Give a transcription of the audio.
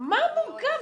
מה מורכב?